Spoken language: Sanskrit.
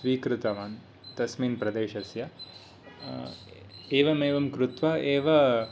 स्वीकृतवान् तस्मिन् प्रदेशस्य एवं एवं कृत्वा एव